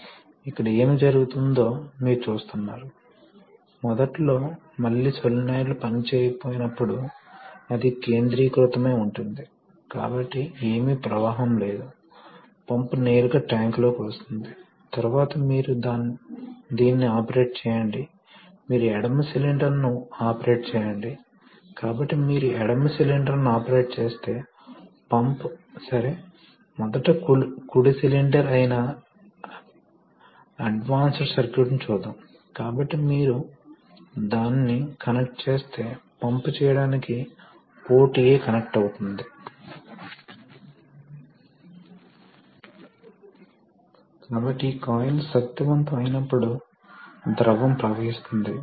Refer Slide Time 2751 ఇతర ప్లేట్లో అవి వాస్తవానికి తెరుచుకుంటాయి కాబట్టి అవి తెరుచుకునేటప్పుడు ఇక్కడ అల్ప ప్రెషర్ ప్రాంతం ఉంటుంది కాబట్టి స్పష్టంగా ఈ అల్ప ప్రెషర్ ప్రాంతం ఇన్లెట్ నుండి ద్రవంలో పీలుస్తుంది మరియు ఈ అధిక ప్రెషర్ ప్రాంతం వాస్తవానికి అవుట్లెట్ వద్ద ద్రవాన్ని డ్రైవ్ చేస్తుంది కాబట్టి గేర్ పంప్ పనిచేసే మార్గం ఇది కాబట్టి మరోవైపు మోటారు విషయంలో మళ్ళీ ఇక్కడ ప్రెషర్ ని వర్తింపజేస్తే ఏమి జరుగుతుందంటే అప్పుడు అది ఇతర దిశలో తిరుగుతుంది కనుక ఇది ఇతర దిశలో కదులుతుంతుంది ఇది బలవంతంగా ఇతర దిశలో తెరుచుకుంటుంది